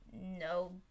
no